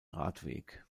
radweg